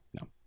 no